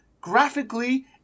Graphically